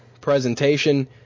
presentation